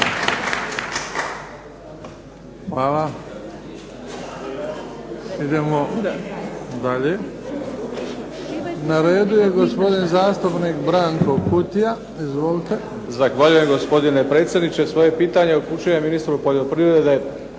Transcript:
Hvala. Idemo dalje. Na redu je gospodin zastupnik Branko Kutija. Izvolite. **Kutija, Branko (HDZ)** Zahvaljujem, gospodine predsjedniče. Svoje pitanje upućujem ministru poljoprivrede,